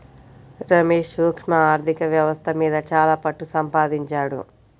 రమేష్ సూక్ష్మ ఆర్ధిక వ్యవస్థ మీద చాలా పట్టుసంపాదించాడు